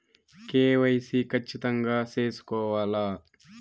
KYC ఖచ్చితంగా సేసుకోవాలా